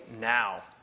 now